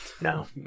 No